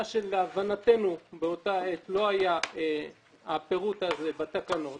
מה שלהבנתנו באותה עת לא היה הפירוט הזה בתקנות